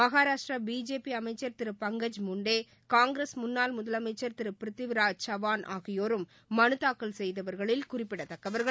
Maharashtra BJP அமைச்சா் Thiru Pankaj Munde Congress முன்னாள் முதலமைச்சா் திரு பிரித்திவ்ராஜ் சவான் ஆகியோரும் மனு தாக்கல் செய்தவா்களில் குறிப்பிடத்தக்கவா்கள்